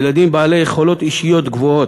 ילדים בעלי יכולות אישיות גבוהות,